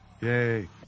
Yay